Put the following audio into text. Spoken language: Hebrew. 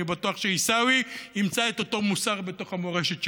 אני בטוח שעיסאווי ימצא את אותו מוסר במורשת שלו.